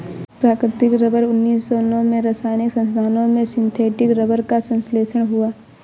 प्राकृतिक रबर उन्नीस सौ नौ में रासायनिक साधनों से सिंथेटिक रबर का संश्लेषण हुआ